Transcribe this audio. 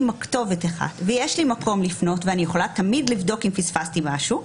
כתובת אחת ויש לי מקום לפנות ואני יכולה תמיד לבדוק אם פספסתי משהו.